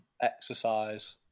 exercise